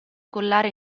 collare